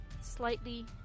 slightly